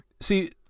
see